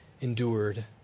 endured